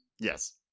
yes